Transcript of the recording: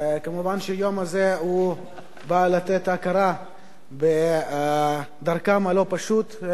כמובן, היום הזה בא לתת הכרה בדרכם הלא-פשוטה.